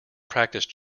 practise